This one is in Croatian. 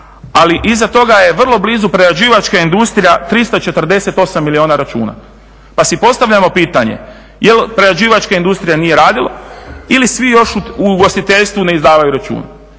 ali iza toga je vrlo blizu prerađivačka industrija 348 milijuna računa, pa si postavljamo pitanje je li prerađivačka industrija nije radila ili svi još u ugostiteljstvu ne izdavaju račune.